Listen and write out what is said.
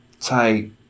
type